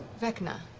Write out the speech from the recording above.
vecna?